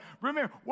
remember